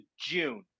June